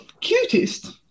cutest